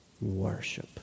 Worship